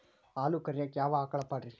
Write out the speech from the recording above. ಹಾಲು ಕರಿಯಾಕ ಯಾವ ಆಕಳ ಪಾಡ್ರೇ?